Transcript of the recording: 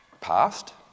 Past